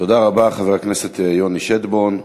תודה רבה, חבר הכנסת יוני שטבון.